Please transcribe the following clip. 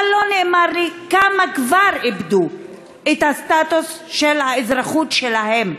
אבל לא נאמר לי כמה כבר איבדו את הסטטוס של האזרחות שלהם.